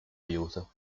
aiuto